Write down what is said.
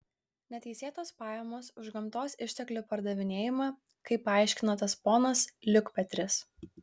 neteisėtos pajamos už gamtos išteklių pardavinėjimą kaip paaiškino tas ponas liukpetris